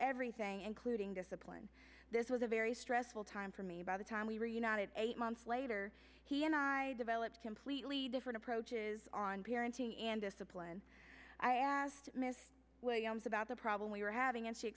everything including discipline this was a very stressful time for me by the time we reunited eight months later he and i developed completely different approaches on parenting and discipline i asked ms williams about the problem we were having a